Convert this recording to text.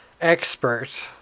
expert